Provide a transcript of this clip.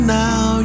now